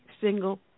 single